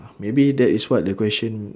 maybe that is what the question